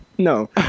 No